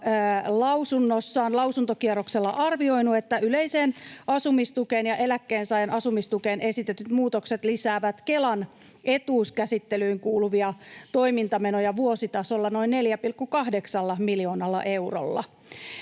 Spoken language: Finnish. lausuntokierroksella arvioinut, että yleiseen asumistukeen ja eläkkeensaajan asumistukeen esitetyt muutokset lisäävät Kelan etuuskäsittelyyn kuuluvia toimintamenoja vuositasolla noin 4,8 miljoonalla eurolla.